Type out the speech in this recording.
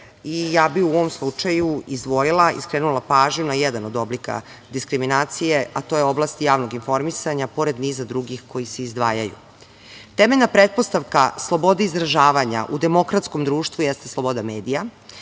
i ja bih u ovom slučaju izdvojila i skrenula pažnju na jedan od oblika diskriminacije, a to je oblast javnog informisanja pored niza drugih kojih se izdvajaju. Temeljna pretpostavka slobode izražavanja u demokratskom društvu jeste sloboda medija